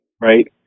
right